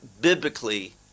biblically